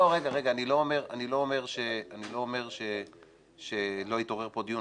אני לא אומר שלא יתעורר פה דיון,